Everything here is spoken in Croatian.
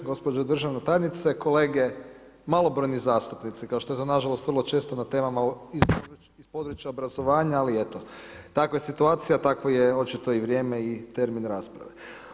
Gospođo državna tajnice, kolege malobrojni zastupnici, kao što je nažalost vrlo često na temama iz područja obrazovanja, ali eto, takva je situacija, takvo je očito i vrijeme i termin rasprave.